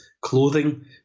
clothing